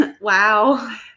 wow